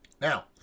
Now